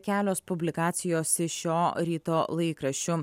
kelios publikacijos iš šio ryto laikraščių